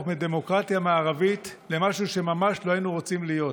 מדמוקרטיה מערבית למשהו שממש לא היינו רוצים להיות.